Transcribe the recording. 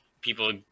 people